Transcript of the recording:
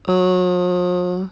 err